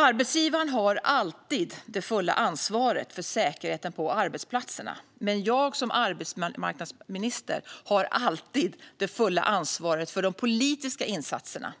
Arbetsgivaren har alltid det fulla ansvaret för säkerheten på arbetsplatserna, men jag som arbetsmarknadsminister har alltid det fulla ansvaret för de politiska insatserna.